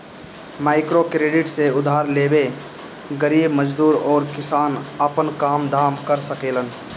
microcredit से उधार लेके गरीब मजदूर अउरी किसान आपन काम धाम कर सकेलन